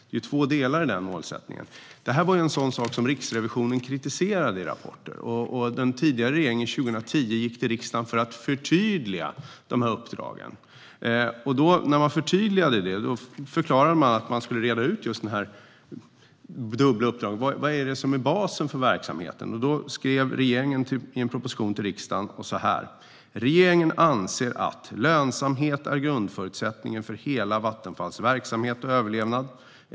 Det är två delar i målsättningen, och detta är en sak som Riksrevisionen har kritiserat i rapporter. Den tidigare regeringen gick 2010 till riksdagen för att förtydliga uppdraget. När man förtydligade det förklarade man att man skulle reda ut det dubbla uppdraget och vad som är basen för verksamheten. Regeringen skrev så här i en proposition till riksdagen: "Regeringen anser att lönsamhet är grundförutsättningen för hela Vattenfalls verksamhet och överlevnad.